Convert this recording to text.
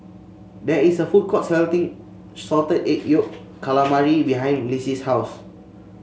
there is a food court selling Salted Egg Yolk Calamari behind Lissie's house